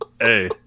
Hey